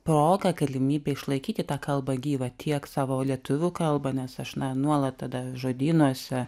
proga galimybė išlaikyti tą kalbą gyvą tiek savo lietuvių kalbą nes aš na nuolat tada žodynuose